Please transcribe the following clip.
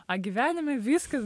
o gyvenime viskas